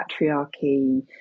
patriarchy